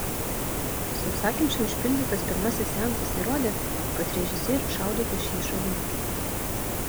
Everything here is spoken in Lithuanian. sausakimšai užpildytas pirmasis seansas įrodė kad režisierius šaudo tuščiais šoviniais